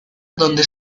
donde